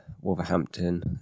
Wolverhampton